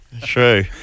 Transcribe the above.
True